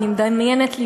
אני מדמיינת לי,